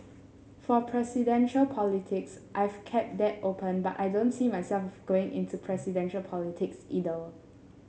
for presidential politics I've kept that open but I don't see myself going into presidential politics either